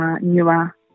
newer